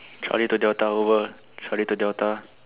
Charlie to delta over Charlie to delta